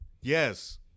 Yes